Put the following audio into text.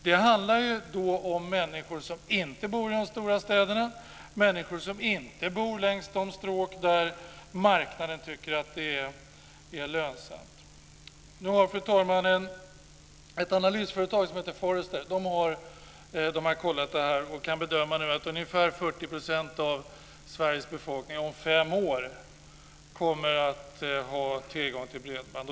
Det handlar om människor som inte bor i de stora städerna, människor som inte bor längs de stråk som marknaden tycker är lönsamma. Nu har, fru talman, ett analysföretag som heter Forrester kollat det här. De kan bedöma att ungefär 40 % av Sveriges befolkning om fem år kommer att ha tillgång till bredband.